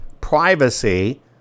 privacy